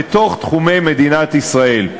לתוך תחומי מדינת ישראל.